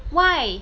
why